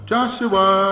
Joshua